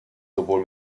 sowohl